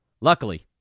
Luckily